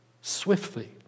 Swiftly